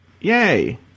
Yay